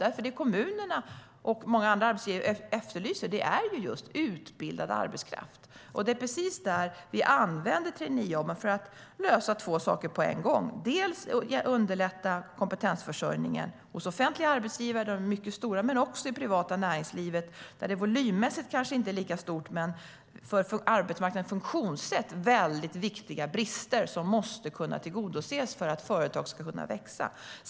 Det som kommunerna och många andra arbetsgivare efterlyser är just utbildad arbetskraft, och det är precis där vi använder traineejobben för att lösa två saker på en gång. Man underlättar kompetensförsörjningen hos offentliga arbetsgivare, där behovet är mycket stort, men också i det privata näringslivet. Där är det kanske inte lika stort volymmässigt, men där finns viktiga brister i arbetsmarknadens funktionssätt som måste kunna rättas till för att företag ska kunna växa.